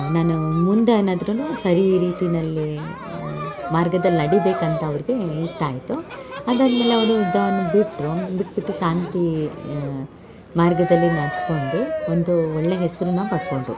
ನಾನು ಮುಂದೆ ಏನಾದ್ರೂ ಸರಿ ರೀತಿಯಲ್ಲಿ ಮಾರ್ಗದಲ್ಲಿ ನಡಿಯಬೇಕಂತ ಅವ್ರಿಗೆ ಇಷ್ಟ ಆಯಿತು ಅದಾದ ಮೇಲೆ ಅವರು ಯುದ್ಧವನ್ನು ಬಿಟ್ಟರು ಬಿಟ್ಟು ಬಿಟ್ಟು ಶಾಂತಿ ಮಾರ್ಗದಲ್ಲಿ ನಡ್ದ್ಕೊಂಡು ಒಂದು ಒಳ್ಳೆಯ ಹೆಸ್ರನ್ನು ಪಡ್ಕೊಂಡರು